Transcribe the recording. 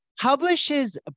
publishes